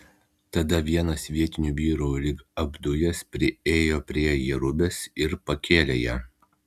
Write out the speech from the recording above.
tada vienas vietinių vyrų lyg apdujęs priėjo prie jerubės ir pakėlė ją